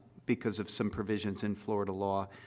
because of some provisions in florida law,